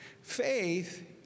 faith